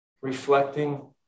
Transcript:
reflecting